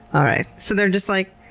alright. so they're just like,